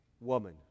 woman